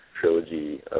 trilogy